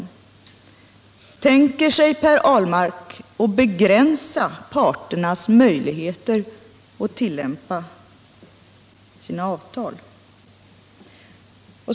Tänker sig Per Ahlmark att begränsa parternas möjligheter att tillämpa sina avtal?